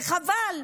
וחבל.